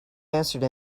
answered